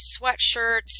sweatshirts